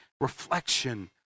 reflection